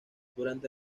durante